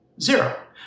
Zero